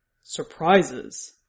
Surprises